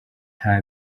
nta